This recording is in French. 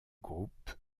groupe